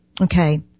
Okay